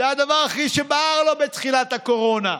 זה הדבר שהכי בער לו בתחילת הקורונה,